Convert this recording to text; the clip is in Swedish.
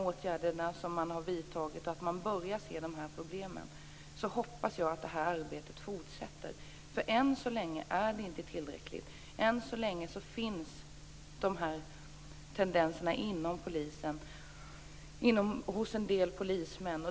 Åtgärder har vidtagits, och man börjar se problemen. Jag hoppas att det arbetet fortsätter. Än så länge är det inte tillräckligt. Än så länge finns de här tendenserna hos en del polismän.